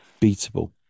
beatable